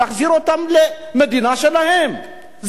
זה מותר וזה נכון, צריך לעשות את זה בשום שכל.